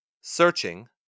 searching